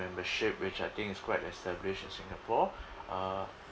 membership which I think is quite established in singapore uh